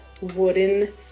wooden